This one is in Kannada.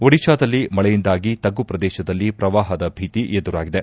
ಒಡಿಶಾದಲ್ಲಿ ಮಳೆಯಿಂದಾಗಿ ತಗ್ಗು ಪ್ರದೇಶದಲ್ಲಿ ಪ್ರವಾಹದ ಭೀತಿ ಎದುರಾಗಿದೆ